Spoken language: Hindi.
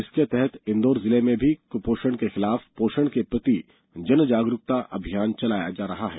इसके तहत इंदौर जिले में भी कुपोषण के खिलाफ पोषण के प्रति जनजागरूकता अभियान चलाया जा रहा है